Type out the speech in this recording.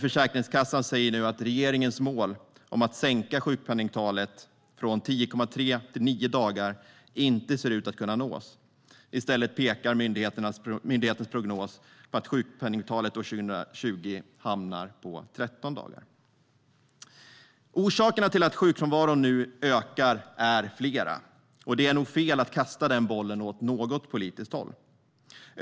Försäkringskassan säger nu att regeringens mål att minska sjukpenningtalet från 10,3 till 9 dagar inte ser ut att kunna nås. I stället pekar myndighetens prognos på att sjukpenningtalet år 2020 hamnar på 13 dagar. Orsakerna till att sjukfrånvaron nu ökar är flera, och det är nog fel att kasta den bollen åt något politiskt håll.